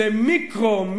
זה מיקרו,